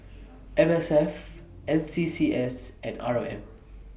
M S F N C C S and R O M